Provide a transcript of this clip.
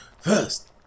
First